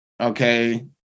Okay